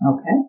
Okay